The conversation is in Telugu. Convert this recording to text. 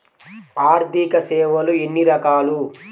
ఆర్థిక సేవలు ఎన్ని రకాలు?